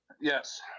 Yes